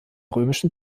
römischen